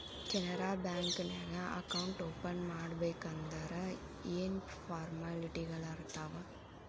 Canara bank ನ್ಯಾಗ account open ಮಾಡ್ಬೇಕಂದರ ಯೇನ್ ಫಾರ್ಮಾಲಿಟಿಗಳಿರ್ತಾವ?